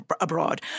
abroad